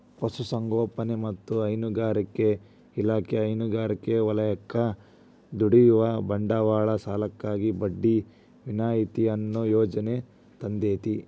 ಪಶುಸಂಗೋಪನೆ ಮತ್ತ ಹೈನುಗಾರಿಕಾ ಇಲಾಖೆ ಹೈನುಗಾರಿಕೆ ವಲಯಕ್ಕ ದುಡಿಯುವ ಬಂಡವಾಳ ಸಾಲಕ್ಕಾಗಿ ಬಡ್ಡಿ ವಿನಾಯಿತಿ ಅನ್ನೋ ಯೋಜನೆ ತಂದೇತಿ